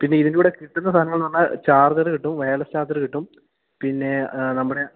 പിന്നെ ഇതിന്റെ കൂടെ കിട്ടുന്ന സാധനങ്ങളെന്ന് പറഞ്ഞാല് ചാർജര് കിട്ടും വയർലെസ് ചാർജര് കിട്ടും പിന്നെ നമ്മുടെ